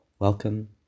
Welcome